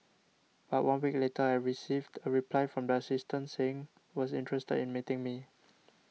but one week later I received a reply from the assistant saying was interested in meeting me